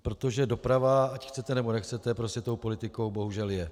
Protože doprava, ať chcete, nebo nechcete, prostě tou politikou bohužel je.